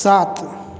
सात